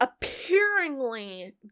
appearingly